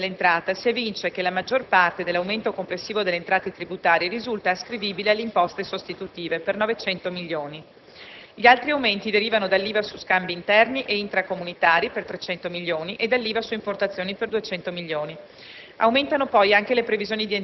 dall'analisi dello stato di previsione dell'entrata si evince che la maggior parte dell'aumento complessivo delle entrate tributarie risulta ascrivibile alle imposte sostitutive (per 900 milioni). Gli altri aumenti derivano dall'IVA su scambi interni e intracomunitari (per 300 milioni) e dall'IVA su importazioni (per 200 milioni).